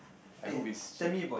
I hope it's cheap